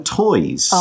toys